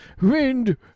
Wind